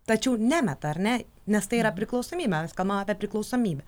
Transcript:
tačiau nemeta ar ne nes tai yra priklausomybė mes kalbam apie priklausomybę